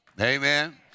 Amen